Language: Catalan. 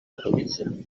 utilitzen